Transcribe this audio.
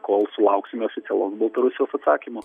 kol sulauksime oficialaus baltarusijos atsakymo